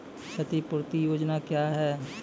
क्षतिपूरती योजना क्या हैं?